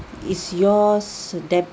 is yours deb~